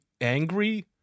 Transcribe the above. angry